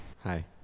Hi